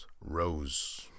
rose